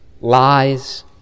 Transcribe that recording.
lies